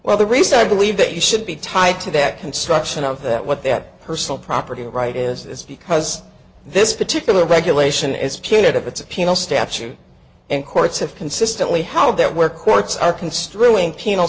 well the reason i believe that you should be tied to that construction of that what that personal property right is this because this particular regulation is punitive it's a penal statute and courts have consistently held that where courts are construing penal